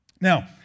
Now